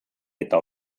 eta